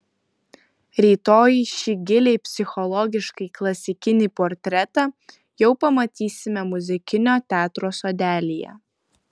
rytoj šį giliai psichologiškai klasikinį portretą jau pamatysime muzikinio teatro sodelyje